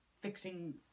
fixing